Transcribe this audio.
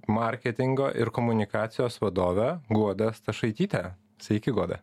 marketingo ir komunikacijos vadove guoda stašaityte sveiki goda